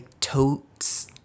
totes